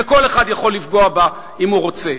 וכל אחד יכול לפגוע בה אם הוא רוצה.